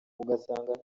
ugasanga